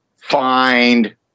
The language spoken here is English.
find